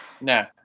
No